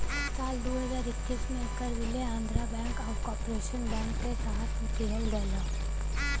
साल दू हज़ार इक्कीस में ऐकर विलय आंध्रा बैंक आउर कॉर्पोरेशन बैंक के साथ किहल गयल रहल